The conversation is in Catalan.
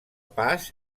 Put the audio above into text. pas